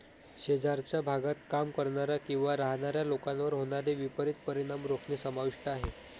शेजारच्या भागात काम करणाऱ्या किंवा राहणाऱ्या लोकांवर होणारे विपरीत परिणाम रोखणे समाविष्ट आहे